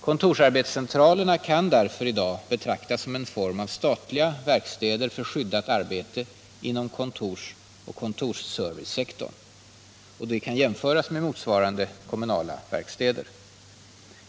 Kontorsarbetscentralerna kan därför i dag betraktas som en form av statliga verkstäder för skyddat arbete inom kontorsoch kontorsservicesektorn. De kan jämföras med motsvarande kommunala verkstäder.